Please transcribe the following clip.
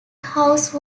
house